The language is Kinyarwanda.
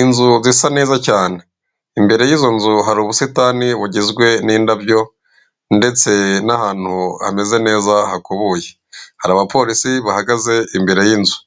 Inzu zisa neza cyane, imbere y'izo nzu hari ubusitani bugizwe n'indabyo ndetse n'ahantu hameze neza hakubuye, hari abapolisi bahagaze imbere y'inzu,